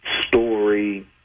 story